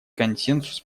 консенсус